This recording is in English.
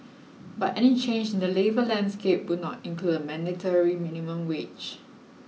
but any change in the labour landscape would not include a mandatory minimum wage